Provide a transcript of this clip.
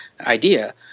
idea